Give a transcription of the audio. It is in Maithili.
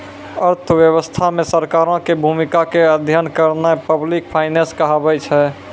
अर्थव्यवस्था मे सरकारो के भूमिका के अध्ययन करनाय पब्लिक फाइनेंस कहाबै छै